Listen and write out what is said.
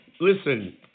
Listen